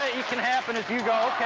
that and can happen is yeah